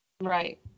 Right